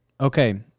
Okay